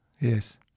Yes